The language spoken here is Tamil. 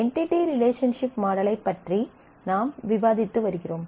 என்டிடி ரிலேஷன்ஷிப் மாடலைப் பற்றி நாம் விவாதித்து வருகிறோம்